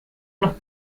noch